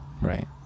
right